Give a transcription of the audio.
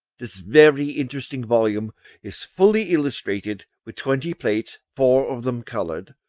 this very interesting volume is fully illustrated with twenty plates, four of them coloured,